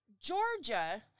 Georgia